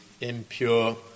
impure